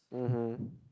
mmhmm